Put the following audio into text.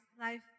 life